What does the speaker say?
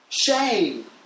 shame